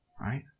right